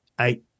eight